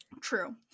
true